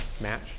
match